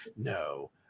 No